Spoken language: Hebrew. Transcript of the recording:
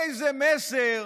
איזה מסר